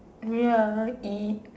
ya eat